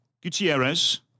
Gutierrez